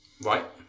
Right